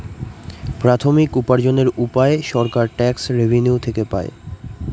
প্রাথমিক উপার্জনের উপায় সরকার ট্যাক্স রেভেনিউ থেকে পাই